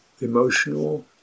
emotional